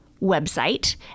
website